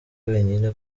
wenyine